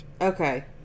Okay